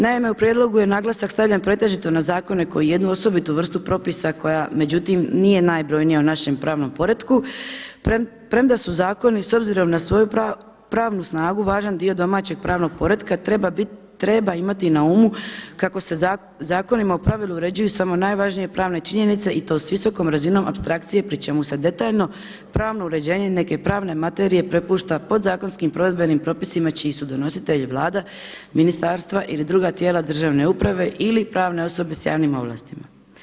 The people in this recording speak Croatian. Naime, u prijedlogu je naglasak stavljen pretežito na zakone koji jednu osobitu vrstu propisa koja međutim nije najbrojnija u našem pravnom poretku, premda su zakoni s obzirom na svoju pravnu snagu važan dio domaćeg pravnog poretka treba imati na umu kako se zakonima u pravilu uređuju samo najvažnije pravne činjenice i to s visokom razinom apstrakcije pri čemu se detaljno, pravno uređenje neke pravne materije prepušta podzakonskim provedbenim propisima čiji su donositelji Vlada, ministarstva ili druga tijela državne uprave ili pravne osobe sa javnim ovlastima.